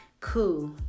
Cool